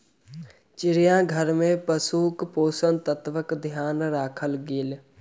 चिड़ियाघर में पशुक पोषक तत्वक ध्यान राखल गेल